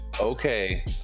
okay